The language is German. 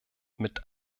mit